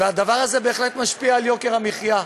הדבר הזה בהחלט משפיע על יוקר המחיה.